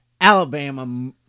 Alabama